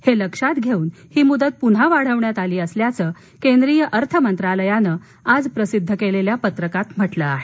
हे लक्षात घेऊन ही मुदत पुन्हा वाढविण्यात आली असल्याचं केंद्रीय अर्थमंत्रालयानं आज प्रसिद्ध केलेल्या पत्रकात म्हटलं आहे